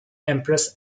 empress